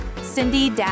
cindy